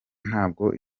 ntabwo